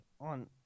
on